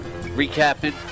recapping